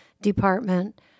Department